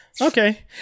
Okay